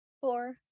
four